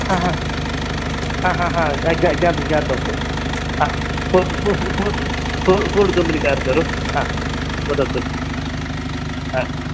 ज्ञातं ज्ञातं Ford company car कलु वदतु